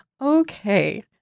Okay